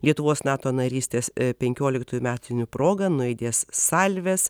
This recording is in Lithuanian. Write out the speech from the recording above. lietuvos nato narystės penkioliktųjų metinių proga nuaidės salvės